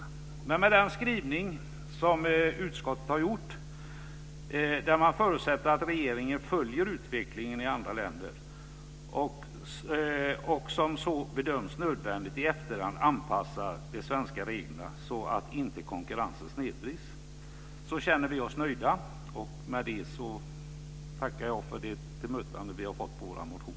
Vi känner oss nöjda med den skrivning som utskottet har gjort, där man förutsätter att regeringen följer utvecklingen i andra länder och om så bedöms nödvändigt i efterhand anpassar de svenska reglerna så att inte konkurrensen snedvrids. Med det tackar jag för bemötandet av vår motion.